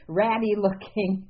ratty-looking